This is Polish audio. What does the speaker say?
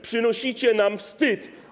Przynosicie nam wstyd.